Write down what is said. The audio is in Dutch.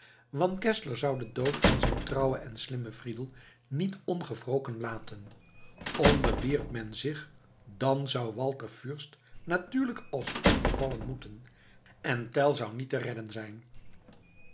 geszler zou den dood van zijn trouwen en slimmen friedel niet ongewroken laten onderwierp men zich dan zou walter fürst natuurlijk als offer vallen moeten en tell zou niet te redden zijn